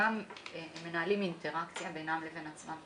גם מנהלים אינטראקציה בינם לבין עצמם.